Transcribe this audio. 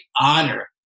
honor